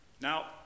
Now